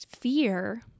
fear